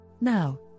Now